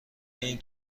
این